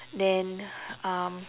then um